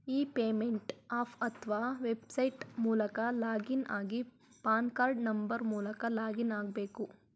E payment app ಅತ್ವ website ಮೂಲಕ login ಆಗಿ ಪಾನ್ ಕಾರ್ಡ್ ನಂಬರ್ ಮೂಲಕ ಲಾಗಿನ್ ಆಗ್ಬೇಕು